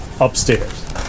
upstairs